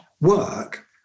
work